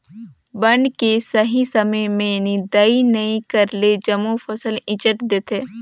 बन के सही समय में निदंई नई करेले जम्मो फसल ईचंट देथे